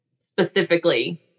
specifically